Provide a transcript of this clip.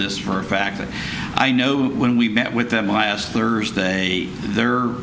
this for a fact that i know when we met with them last thursday there are